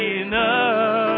enough